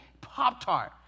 Pop-Tart